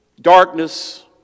darkness